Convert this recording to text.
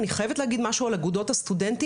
אני חייבת להגיד משהו על אגודות הסטודנטים,